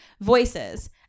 voices